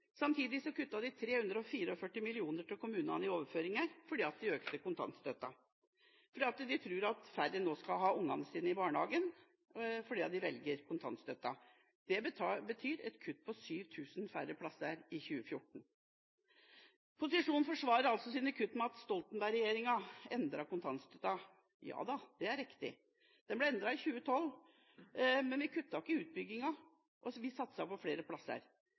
Samtidig kuttet de 344 mill. kr i overføringene til kommunene fordi de økte kontantstøtten. De tror at færre nå vil ha ungene sine i barnehage fordi de velger kontantstøtte. Det betyr 7 000 færre plasser i 2014. Posisjonen forsvarer altså sine kutt med at Stoltenberg-regjeringa endret kontantstøtten. Ja, det er riktig at den ble endret i 2012, men vi kuttet ikke i utbygginga, og vi satset på flere plasser.